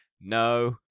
No